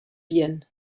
bien